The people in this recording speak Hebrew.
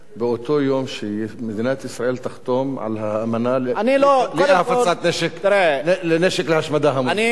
באותו יום שמדינת ישראל תחתום על האמנה לאי-הפצת נשק להשמדה המונית,